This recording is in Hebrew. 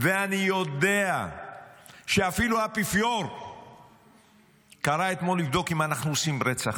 -- ואני יודע שאפילו האפיפיור קרא אתמול לבדוק אם אנחנו עושים רצח